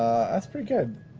that's pretty good.